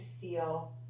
feel